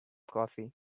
coffee